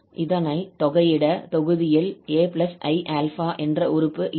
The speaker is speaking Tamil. இதனை தொகையிட தொகுதியில் 𝑎 𝑖𝛼 என்ற உறுப்பு இருக்கும்